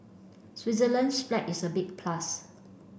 Switzerland's flag is a big plus